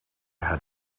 had